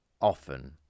often